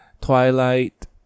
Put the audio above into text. Twilight